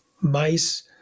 mice